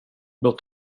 låt